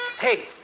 Hey